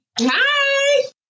Hi